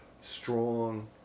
strong